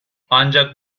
ancak